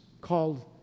called